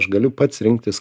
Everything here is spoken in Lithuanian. aš galiu pats rinktis